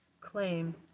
claim